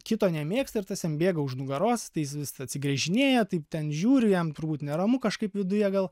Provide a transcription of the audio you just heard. kito nemėgsta ir tas jam bėga už nugaros tai jis vis atsigręžinėję taip ten žiūriu jam turbūt neramu kažkaip viduje gal